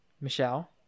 michelle